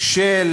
של